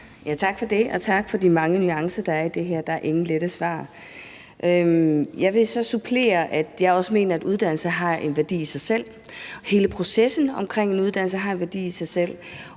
Tak for det, og tak for de mange nuancer, der var i det. Der er ingen lette svar. Jeg vil supplere med at sige, at jeg også mener, at uddannelse har en værdi i sig selv. Hele processen omkring en uddannelse har en værdi i sig selv,